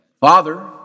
Father